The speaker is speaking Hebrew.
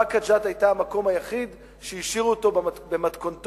באקה ג'ת היתה המקום היחיד שהשאירו אותו במתכונתו,